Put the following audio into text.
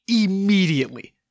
Immediately